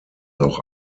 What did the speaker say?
auch